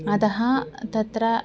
अतः तत्र